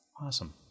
Awesome